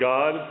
God